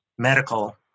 medical